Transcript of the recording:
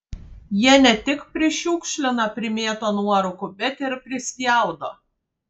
jie ne tik prišiukšlina primėto nuorūkų bet ir prispjaudo